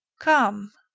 come,